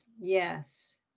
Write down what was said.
Yes